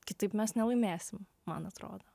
kitaip mes nelaimėsim man atrodo